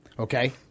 Okay